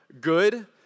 Good